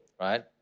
right